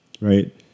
right